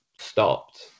stopped